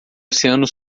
oceano